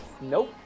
nope